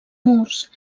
murs